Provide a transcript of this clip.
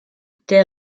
der